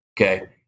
Okay